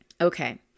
Okay